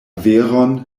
veron